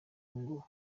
ngo